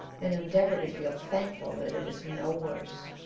and endeavor to feel thankful that it is no worse.